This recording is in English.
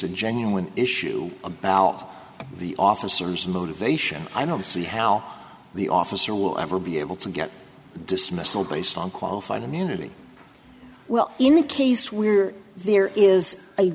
a genuine issue about the officers motivation i don't see how the officer will ever be able to get dismissal based on qualified immunity well in the case we're there is a